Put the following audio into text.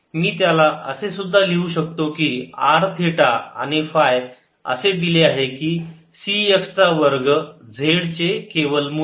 मी त्याला असे सुद्धा लिहू शकतो की R थिटा आणि फाय असे दिले आहे की C x चा वर्ग z चे केवल मूल्य